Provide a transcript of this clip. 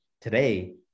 today